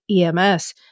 EMS